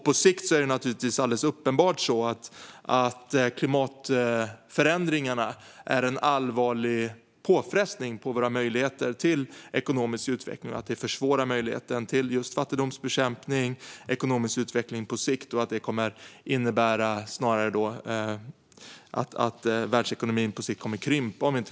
På sikt är det givetvis så att om vi inte klarar av att adressera klimatutmaningarna på ett bra sätt kommer de att utgöra en allvarlig påfrestning på våra möjligheter till ekonomisk utveckling, vilket kan försvåra fattigdomsbekämpning och innebära att världsekonomin krymper.